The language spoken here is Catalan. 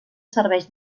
serveix